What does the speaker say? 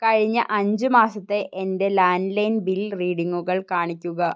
കഴിഞ്ഞ അഞ്ച് മാസത്തെ എൻ്റെ ലാൻഡ്ലൈൻ ബിൽ റീഡിംഗുകൾ കാണിക്കുക